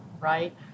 right